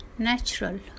natural